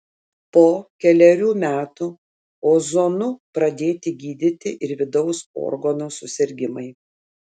po kelerių metų ozonu pradėti gydyti ir vidaus organų susirgimai